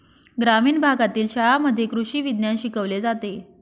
ग्रामीण भागातील शाळांमध्ये कृषी विज्ञान शिकवले जाते